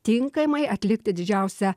tinkamai atlikti didžiausią